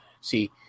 see